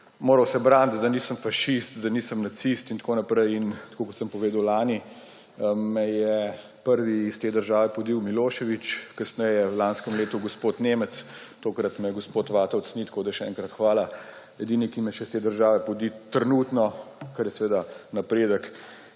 v uvodu braniti, da nisem fašist, nacist in tako naprej. In tako, kot sem povedal lani, me je prvi iz te države podil Milošević, kasneje v lanskem letu gospod Nemec, tokrat me gospod Vatovec ni, tako da še enkrat hvala. Edini, ki me še iz te države podi trenutno, kar je seveda napredek,